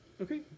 Okay